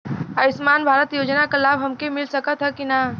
आयुष्मान भारत योजना क लाभ हमके मिल सकत ह कि ना?